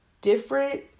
different